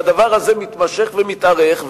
והדבר הזה מתמשך ומתארך,